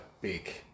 big